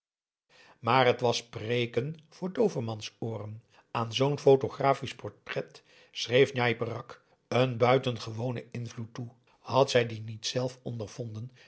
maar het was preeken voor doovemans ooren aan zoo'n photographisch portret schreef njai peraq een buitengewonen invloed toe had zij dien niet zelf ondervonden